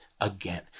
again